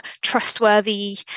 trustworthy